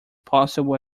possible